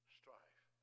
strife